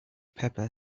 pepper